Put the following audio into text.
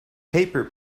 paper